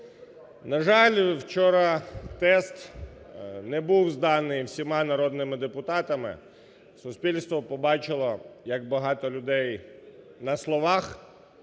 На жаль, учора тест не був зданий всіма народними депутатами суспільство побачило, як багато людей на словах